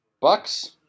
Bucks